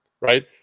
right